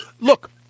look